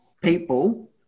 people